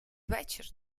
вечір